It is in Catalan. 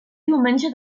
diumenge